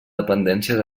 dependències